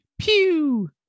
Pew